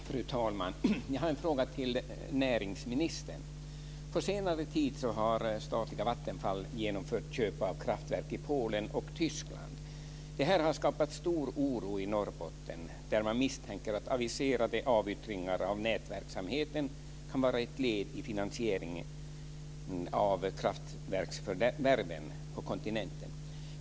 Fru talman! Jag har en fråga till näringsministern. På senare tid har statliga Vattenfall genomfört köp av kraftverk i Polen och Tyskland. Det här har skapat stor oro i Norrbotten där man misstänker att aviserade avyttringar av nätverksamheten kan vara ett led i finansieringen av kraftverksförvärven på kontinenten.